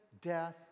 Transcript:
death